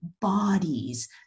bodies